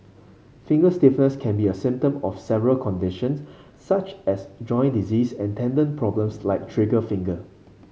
finger stiffness can be a symptom of several conditions such as joint disease and tendon problems like trigger finger